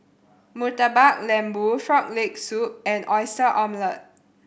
Murtabak Lembu Frog Leg Soup and Oyster Omelette